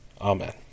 Amen